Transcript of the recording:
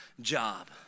job